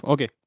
Okay